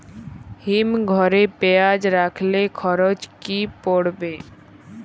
হিম ঘরে পেঁয়াজ রাখলে খরচ কি পড়বে?